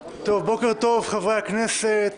בוקר טוב, חברי הכנסת,